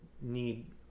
Need